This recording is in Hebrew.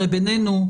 הרי בינינו,